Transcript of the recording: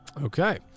Okay